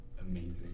amazing